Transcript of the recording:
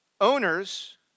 Owners